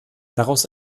daraus